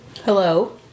Hello